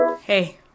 hey